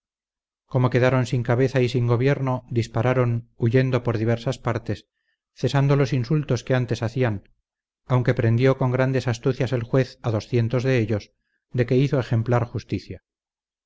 como quedaron sin cabeza y sin gobierno dispararon huyendo por diversas partes cesando los insultos que antes hacían aunque prendió con grandes astucias el juez a doscientos de ellos de que hizo ejemplar justicia